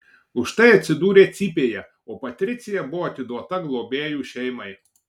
už tai atsidūrė cypėje o patricija buvo atiduota globėjų šeimai